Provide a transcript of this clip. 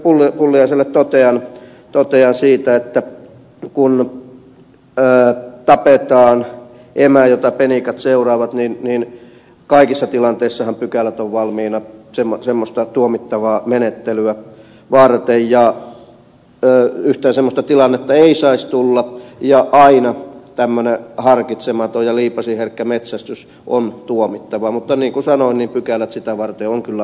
pulliaiselle totean siitä että kun tapetaan emä jota penikat seuraavat niin kaikissa tilanteissahan pykälät ovat valmiina semmoista tuomittavaa menettelyä varten ja yhtään semmoista tilannetta ei saisi tulla ja aina tällainen harkitsematon ja liipasinherkkä metsästys on tuomittava mutta niin kuin sanoin pykälät sitä varten ovat kyllä olemassa